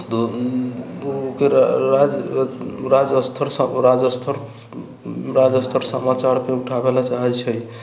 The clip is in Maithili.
ओकरा राज्य स्तरसँ राज्य स्तर समाचारके उठाबय ले चाहैत छै